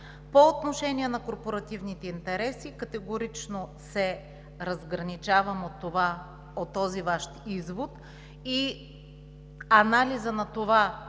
По отношение на корпоративните интереси. Категорично се разграничавам от този Ваш извод. Анализът на това